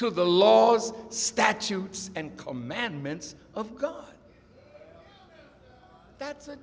to the laws statutes and commandments of god that's